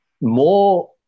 More